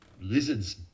lizard's